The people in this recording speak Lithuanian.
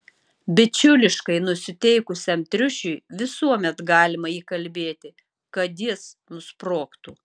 bičiuliškai nusiteikusiam triušiui visuomet galima įkalbėti kad jis nusprogtų